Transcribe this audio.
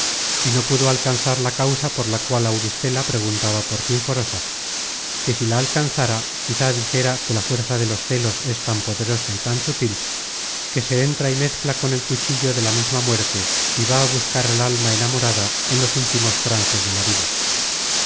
y no pudo alcanzar la causa por la cual auristela preguntaba por sinforosa que si la alcanzára quizá dijera que la fuerza de los celos es tan poderosa y tan sutil que se entra y mezcla con el cuchillo de la misma muerte y va á buscar al alma enamorada en los últimos trances de la vida